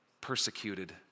persecuted